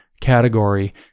category